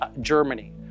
Germany